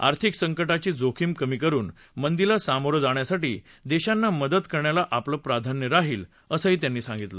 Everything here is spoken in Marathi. आर्थिक संकटाची जोखीम कमी करुन मंदिला सामोरं जाण्यासाठी देशांना मदत करण्याला आपलं प्राधान्य राहील असं त्यांनी सांगितलं